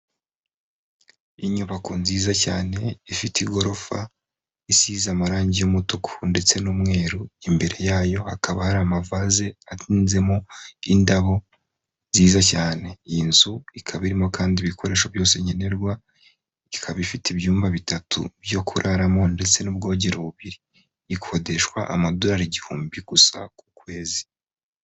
Inyubako nziza cyane ifite igorofa, isize amarangi y'umutuku ndetse n'umweru, imbere yayo hakaba hari amavase ahinzemo indabo nziza cyane, iyi nzu ikaba irimo kandi ibikoresho byose nkenerwa, ikaba ifite ibyumba bitatu byo kuraramo ndetse n'ubwogero bubiri ikodeshwa amadorari igihumbi gusa ku kwezi.